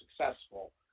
successful